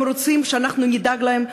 הם רוצים שאנחנו נדאג להם,